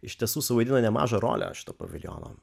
iš tiesų suvaidino nemažą rolę šito paviljono